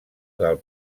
del